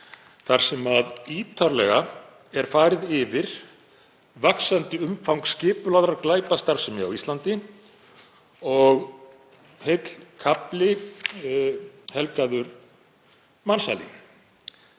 þar sem ítarlega er farið yfir vaxandi umfang skipulagðrar glæpastarfsemi á Íslandi og heill kafli helgaður mansali.